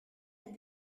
had